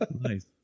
Nice